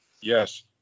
Yes